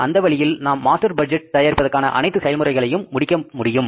அந்த வழியில் நாம் மாஸ்டர் பட்ஜெட் தயாரிப்பதற்கான அனைத்து செயல்முறைகளையும் முடிக்க முடியும்